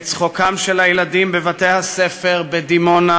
את צחוקם של הילדים בבתי-הספר בדימונה,